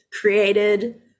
created